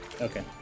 Okay